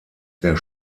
der